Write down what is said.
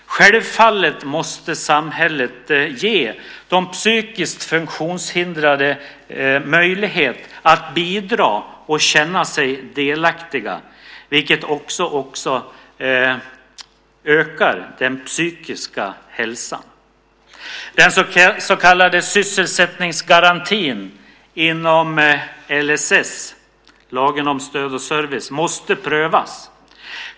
Självfallet måste samhället ge de psykiskt funktionshindrade möjlighet att bidra och känna sig delaktiga, vilket också ökar den psykiska hälsan. Den så kallade sysselsättningsgarantin inom LSS, lagen om stöd och service, måste prövas.